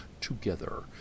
together